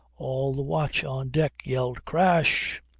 all the watch on deck yelled. crash!